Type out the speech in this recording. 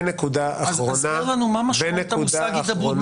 תסביר לנו מה משמעות המושג הידברות.